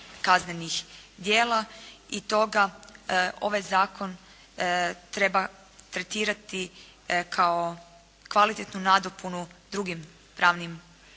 kaznenih djela. I stoga ovaj zakon treba tretirati kao kvalitetnu nadopunu drugim pravnim aktima